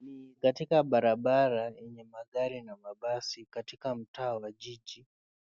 Ni katika barabara yenye magari na mabasi katika mtaa wa jiji.